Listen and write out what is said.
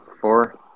Four